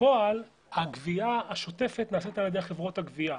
בפועל הגבייה השוטפת נעשית על ידי חברות הגבייה,